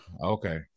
okay